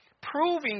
proving